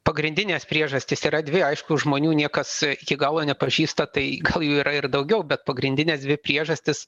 pagrindinės priežastys yra dvi aišku žmonių niekas iki galo nepažįsta tai gal jų yra ir daugiau bet pagrindinės dvi priežastis